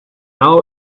out